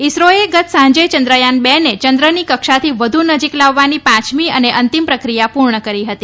ઈસરોએ ગત સાંજે ચંદ્રથાન રને ચંદ્રની કક્ષાથી વધુ નજીક લાવવાની પાંચમી અને અંતિમ પ્રક્રિયા પૂર્ણ કરી હતી